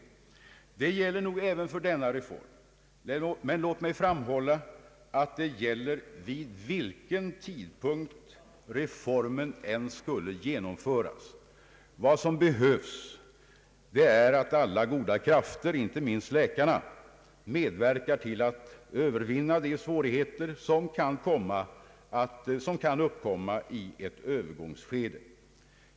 Det kanske kan komma att gälla även för denna reform, men låt mig framhålla att det gäller vid vilken tidpunkt reformen än skulle genomföras. Vad som behövs är att alla goda krafter, inte minst läkarna, medverkar till att övervinna de svårigheter som kan uppkomma i ett övergångsskede.